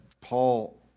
Paul